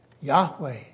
Yahweh